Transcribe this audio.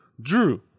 Drew